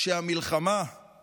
שהמלחמה היא